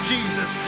Jesus